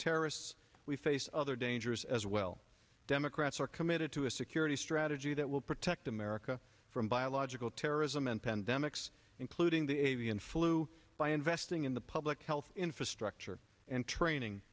terrorists we face other dangers as well democrats are committed to a security strategy that will protect america from biological terrorism and pandemics including the avian flu by investing in the public health infrastructure and training